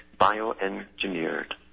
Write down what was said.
bioengineered